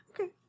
Okay